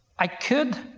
i could